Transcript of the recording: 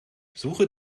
suche